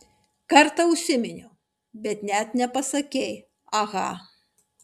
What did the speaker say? kartą užsiminiau bet net nepasakei aha